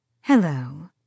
Hello